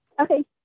Okay